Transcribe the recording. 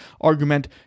argument